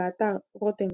באתר Rotten